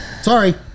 Sorry